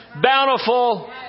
bountiful